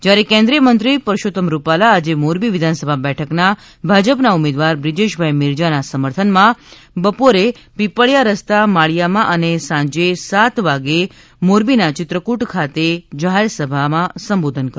જયારે કેન્દ્રિય મંત્રી શ્રી પરશોત્તમ રૂપાલા આજે મોરબી વિધાનસભા બેઠકના ભાજપના ઉમેદવાર બ્રિજેશભાઈ મેરજાના સમર્થનમાં બપોરે સાડા ત્રણ વાગે પીપલીયા રસ્તા માળીયામાં અને સાંજે સાત વાગે મોરબીના ચિત્રકુટ ચોક ખાતે જાહેરસભામાં સંબોધન કરશે